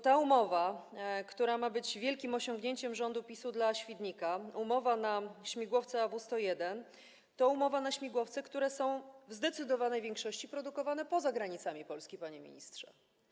Ta umowa, która ma być wielkim osiągnięciem rządu PiS-u, osiągnięciem dla Świdnika, umowa na śmigłowce AW101, to umowa na śmigłowce, które w zdecydowanej większości są produkowane poza granicami Polski, panie ministrze.